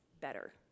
better